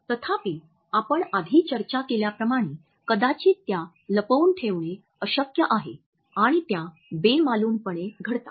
तथापि आपण आधी चर्चा केल्याप्रमाणे कदाचित त्या लपवून ठेवणे अशक्य आहे आणि त्या बेमालूमपणे घडतात